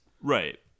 Right